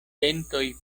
dentoj